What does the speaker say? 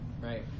right